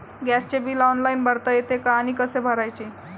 गॅसचे bill online भरता येते का आणि कसे भरायचे?